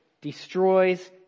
destroys